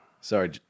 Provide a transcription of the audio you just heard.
Sorry